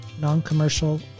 non-commercial